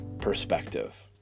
perspective